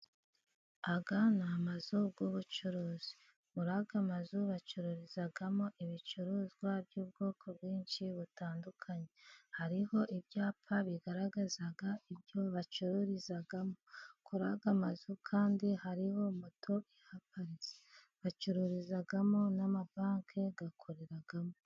Aya ni amazu y' ubucuruzi, muri aya amazu bacururizamo ibicuruzwa by' ubwoko bwinshi butandukanye, hariho ibyapa bigaragaza ibyo bacururizamo, kuri aya mazu kandi hariho moto ihaparitse, bacururizamo n' amabanki akoreramo.